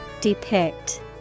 Depict